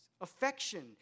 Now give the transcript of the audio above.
affection